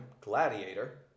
Gladiator